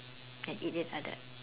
can eat it like that